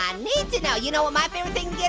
i need to know. you know what my favorite thing yeah